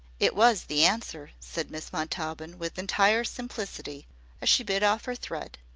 it was the answer, said miss montaubyn, with entire simplicity as she bit off her thread,